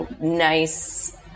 nice